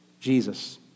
Jesus